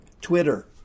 Twitter